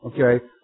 Okay